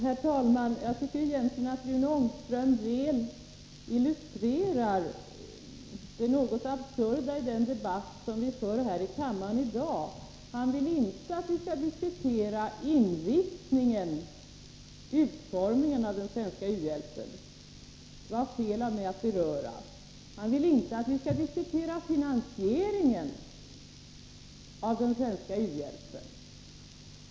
Herr talman! Jag tycker egentligen att Rune Ångström väl illustrerar det absurda i den debatt som vi för här i kammaren i dag. Han vill inte att vi skall diskutera inriktningen och utformningen av den svenska u-hjälpen. Det var fel av mig att beröra det. Han vill inte att vi skall diskutera finansieringen av den svenska u-hjälpen.